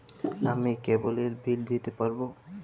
আমি কেবলের বিল দিতে পারবো?